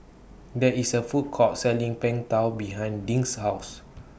There IS A Food Court Selling Png Tao behind Dink's House